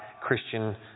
Christian